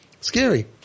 Scary